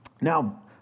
Now